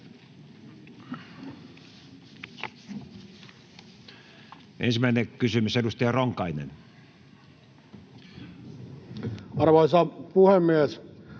Ensimmäinen kysymys, edustaja Ronkainen. Arvoisa puhemies!